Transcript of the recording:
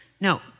No